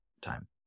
time